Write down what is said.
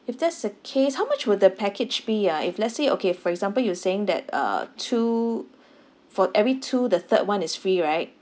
if that's the case how much will the package be ah if let's say okay for example you were saying that uh two for every two the third one is free right